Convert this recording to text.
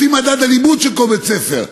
לפי מדד אלימות של כל בית-ספר,